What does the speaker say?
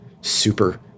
super